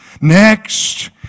Next